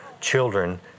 children